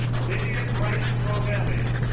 olivia grace rovelli